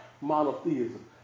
monotheism